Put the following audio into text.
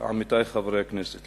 עמיתי חברי הכנסת,